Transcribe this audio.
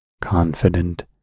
confident